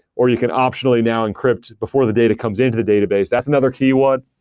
or you can optionally now encrypted before the data comes into the database. that's another key one.